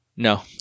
No